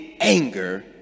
anger